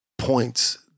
points